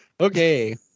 Okay